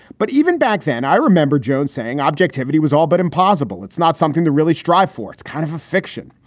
but even back then, i remember joan saying objectivity was all but impossible. it's not something to really strive for. it's kind of a fiction.